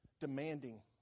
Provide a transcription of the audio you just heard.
demanding